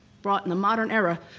brought in the modern era,